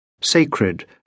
Sacred